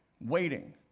waiting